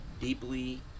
deeply